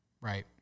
Right